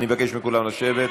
אני מבקש מכולם לשבת.